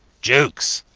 jukes!